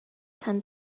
tend